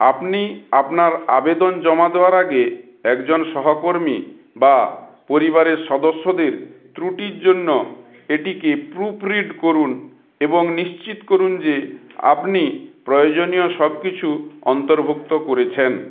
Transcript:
আপনি আপনার আবেদন জমা দেওয়ার আগে একজন সহকর্মী বা পরিবারের সদস্যদের ত্রুটির জন্য এটিকে প্রুফরিড করুন এবং নিশ্চিত করুন যে আপনি প্রয়োজনীয় সব কিছু অন্তর্ভুক্ত করেছেন